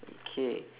okay